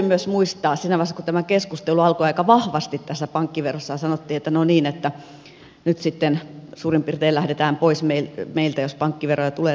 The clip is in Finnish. siinä vaiheessa kun tämä keskustelu alkoi aika vahvasti tästä pankkiverosta sanottiin että no niin että nyt sitten suurin piirtein lähdetään pois meiltä jos pankkiveroja tulee tai muuta